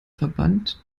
verband